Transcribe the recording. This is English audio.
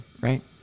right